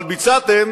אבל ביצעתם